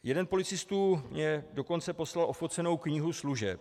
Jeden z policistů mi dokonce poslal ofocenou knihu služeb.